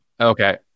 Okay